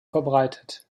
verbreitet